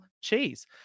cheese